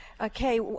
Okay